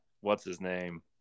What's-His-Name